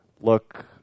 Look